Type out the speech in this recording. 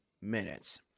minutes